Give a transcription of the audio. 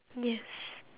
yes